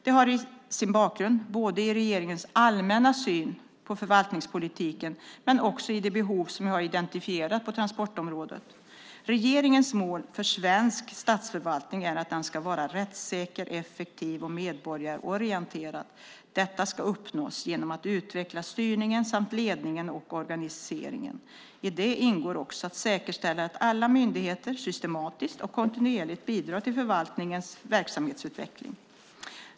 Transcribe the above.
Det har sin bakgrund både i regeringens allmänna syn på förvaltningspolitiken och i de behov som jag har identifierat på transportområdet. Regeringens mål för svensk statsförvaltning är att den ska vara rättssäker, effektiv och medborgarorienterad. Detta ska uppnås genom att utveckla styrningen samt ledningen och organiseringen. I det ingår också att säkerställa att alla myndigheter systematiskt och kontinuerligt bidrar till förvaltningens verksamhetsutveckling.